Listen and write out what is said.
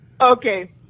Okay